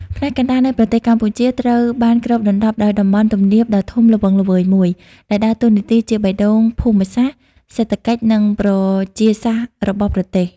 ផ្នែកកណ្ដាលនៃប្រទេសកម្ពុជាត្រូវបានគ្របដណ្ដប់ដោយតំបន់ទំនាបដ៏ធំល្វឹងល្វើយមួយ ដែលដើរតួនាទីជាបេះដូងភូមិសាស្ត្រ សេដ្ឋកិច្ច និងប្រជាសាស្ត្ររបស់ប្រទេស។